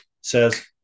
says